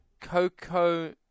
Coco